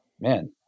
man